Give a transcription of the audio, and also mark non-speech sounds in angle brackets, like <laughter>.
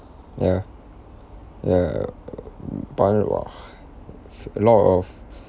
ya ya err !wah! <laughs> a lot of